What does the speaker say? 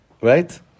Right